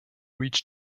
reach